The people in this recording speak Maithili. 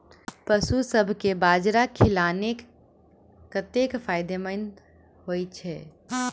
पशुसभ केँ बाजरा खिलानै कतेक फायदेमंद होइ छै?